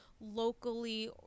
locally